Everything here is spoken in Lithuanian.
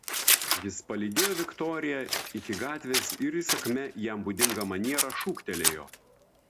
jis palydėjo viktoriją iki gatvės ir įsakmia jam būdinga maniera šūktelėjo